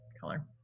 color